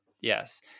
yes